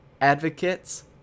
Advocates